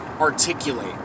articulate